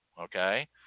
okay